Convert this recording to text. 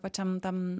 pačiam tam